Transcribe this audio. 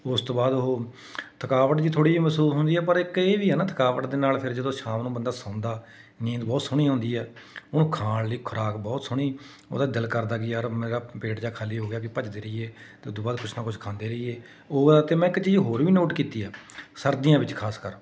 ਉਸ ਤੋਂ ਬਾਅਦ ਉਹ ਥਕਾਵਟ ਜਿਹੀ ਥੋੜ੍ਹੀ ਜਿਹੀ ਮਹਿਸੂਸ ਹੁੰਦੀ ਹੈ ਪਰ ਇੱਕ ਇਹ ਵੀ ਆ ਨਾ ਥਕਾਵਟ ਦੇ ਨਾਲ ਫਿਰ ਜਦੋਂ ਸ਼ਾਮ ਨੂੰ ਬੰਦਾ ਸੌਂਦਾ ਨੀਂਦ ਬਹੁਤ ਸੋਹਣੀ ਆਉਂਦੀ ਹੈ ਉਹਨੂੰ ਖਾਣ ਲਈ ਖੁਰਾਕ ਬਹੁਤ ਸੋਹਣੀ ਉਹਦਾ ਦਿਲ ਕਰਦਾ ਕਿ ਯਾਰ ਮੇਰਾ ਪੇਟ ਜਿਹਾ ਖਾਲੀ ਹੋ ਗਿਆ ਕਿ ਭੱਜਦੇ ਰਹੀਏ ਅਤੇ ਉਦੂ ਬਾਅਦ ਕੁਛ ਨਾ ਕੁਛ ਖਾਂਦੇ ਰਹੀਏ ਉਹ ਆ ਅਤੇ ਮੈਂ ਇੱਕ ਚੀਜ਼ ਹੋਰ ਵੀ ਨੋਟ ਕੀਤੀ ਆ ਸਰਦੀਆਂ ਵਿੱਚ ਖਾਸਕਰ